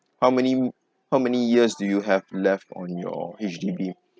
how many how many years do you have left on your H_D_B